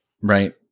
Right